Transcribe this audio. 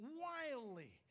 wildly